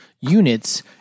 units